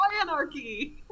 anarchy